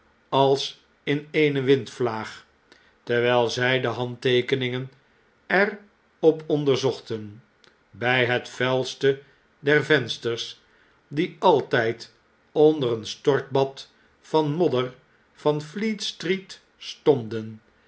als in eene windvlaag terwjjl zij de handteekeningen er op onderzochten bfi het vuilste der vensters die altyd onder een stortbad van de modder van fleet-street stonden